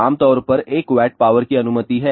आम तौर पर 1 W पावर की अनुमति है